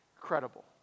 credible